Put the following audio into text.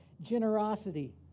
generosity